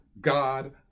God